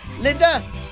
Linda